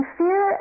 fear